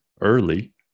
early